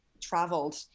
traveled